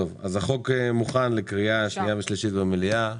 החוק מוכן לקריאה שנייה ושלישית במליאה.